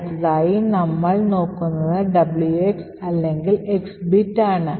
അടുത്തതായി നമ്മൾ നോക്കുന്നത് WX അല്ലെങ്കിൽ X ബിറ്റ് ആണ്